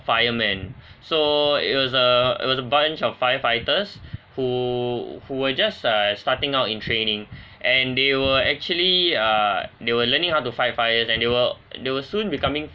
firemen so it was a it was a bunch of firefighters who who were just uh starting out in training and they were actually uh they were learning how to fight fires and they were they were soon becoming